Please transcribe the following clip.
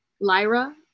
Lyra